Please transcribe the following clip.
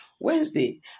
Wednesday